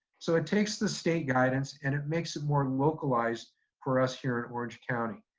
so it takes the state guidance and it makes it more localized for us here in orange county.